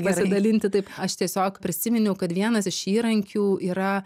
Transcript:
pasidalinti taip aš tiesiog prisiminiau kad vienas iš įrankių yra